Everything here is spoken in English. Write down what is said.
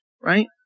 right